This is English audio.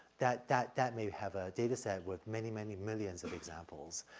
that that that may have a dataset with many many millions of examples.